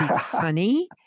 funny